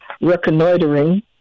reconnoitering